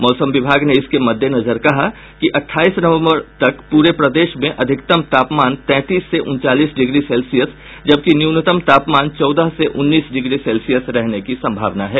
मौसम विभाग ने इसके मद्देनजर कहा कि अठाईस नवम्बर तक पूरे प्रदेश में अधिकतम तापमान तैंतीस से उनचालीस डिग्री सेल्सियस जबकि न्यूनतम तापमान चौदह से उन्नीस डिग्री सेल्सियस रहने की संभावना है